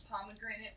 pomegranate